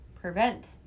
prevent